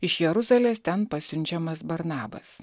iš jeruzalės ten pasiunčiamas barnabas